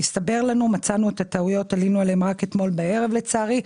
עלינו על הטעויות רק אתמול בערב לצערי.